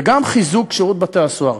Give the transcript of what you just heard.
וגם חיזוק שירות בתי-הסוהר.